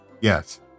Yes